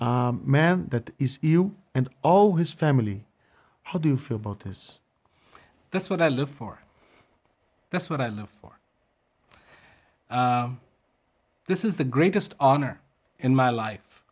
it man that is you and all his family how do you feel about us that's what i live for that's what i love for this is the greatest honor in my life